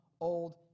old